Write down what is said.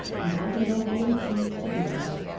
and i can go home in peace, to die.